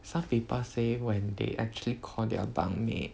some people say when they actually call their bunkmate